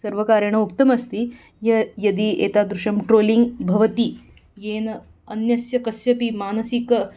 सर्वकारेण उक्तमस्ति य यदि एतादृशं ट्रोलिङ्ग् भवति येन अन्यस्य कस्यपि मानसिक